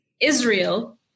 Israel